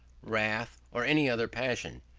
wrath, or any other passion.